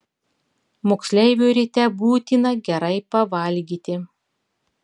moksleiviui ryte būtina gerai pavalgyti